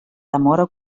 demora